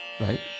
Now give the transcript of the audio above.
right